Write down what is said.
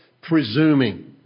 presuming